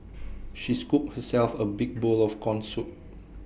she scooped herself A big bowl of Corn Soup